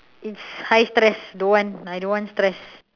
it's high stress don't want I don't want stress